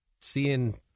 seeing